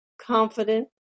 confident